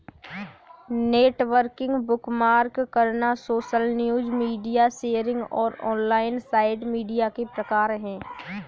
networking, bookmark करना, social news, media sharing और online site media के प्रकार हैं